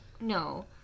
no